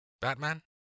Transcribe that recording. Batman